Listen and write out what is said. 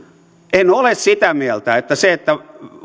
en ole sitä mieltä että se että